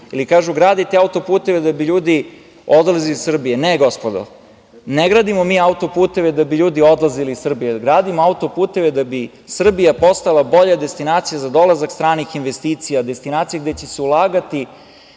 Ili, kažu – gradite auto-puteve da bi ljudi odlazili iz Srbije. Ne, gospodo, ne gradimo mi auto-puteve da bi ljudi odlazili iz Srbije, gradimo auto-puteve da bi Srbija postala bolja destinacija za dolazak stranih investicija, destinacija gde će se ulagati,